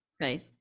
right